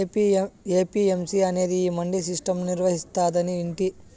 APMC అనేది ఈ mandi system ను నిర్వహిస్తాందని వింటి